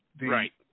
right